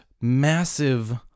massive